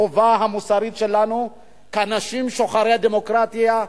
החובה המוסרית שלנו כאנשים שוחרי דמוקרטיה,